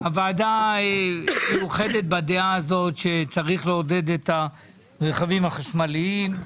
הוועדה מאוחדת בדעה הזאת שצריך לעודד את הרכבים החשמליים.